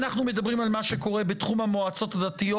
אנחנו מדברים על מה שקורה בתחום המועצות הדתיות